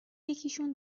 یکیشون